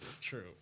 True